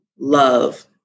love